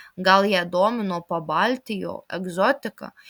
gal ją domino pabaltijo egzotika